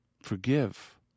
Forgive